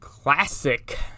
classic